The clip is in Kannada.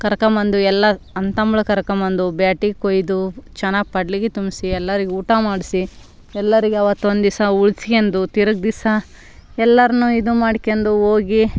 ಕರೆಕೊಂ ಬಂದು ಎಲ್ಲ ಅಣ್ಣ ತಂಬ್ಳ ಕರೆಕೊಂ ಬಂದು ಬ್ಯಾಟಿ ಕೊಯ್ದು ಚೆನ್ನಾಗಿ ಪಡ್ಲಿಗಿ ತುಂಬಿಸಿ ಎಲ್ಲರಿಗೆ ಊಟ ಮಾಡಿಸಿ ಎಲ್ಲರಿಗೆ ಆವತ್ತು ಒಂದು ದಿವ್ಸ ಉಳಿಸ್ಕೊಂಡು ತಿರುಗಿ ದಿವ್ಸ ಎಲ್ಲರನು ಇದು ಮಾಡ್ಕೊಂಡು ಹೋಗಿ